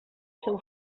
seu